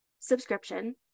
subscription